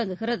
தொடங்குகிறது